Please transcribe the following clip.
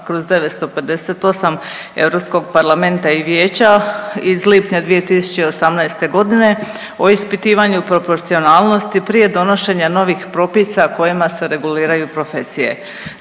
Europskog parlamenta i vijeća iz lipnja 2018.g. o ispitivanju proporcionalnosti prije donošenja novih propisa kojima se reguliraju profesije.